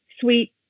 sweet